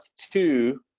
two